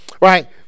Right